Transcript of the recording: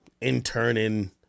interning